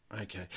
Okay